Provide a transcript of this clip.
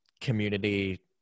community